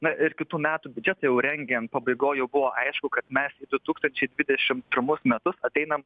na ir kitų metų biudžetą jau rengiant pabaigoj jau buvo aišku kad mes du tūkstančiai dvidešim pirmus metus ateinam